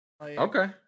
Okay